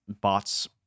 bots